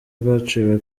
rwaciwe